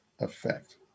effect